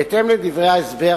בהתאם לדברי ההסבר,